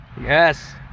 yes